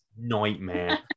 Nightmare